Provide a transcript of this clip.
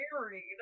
Married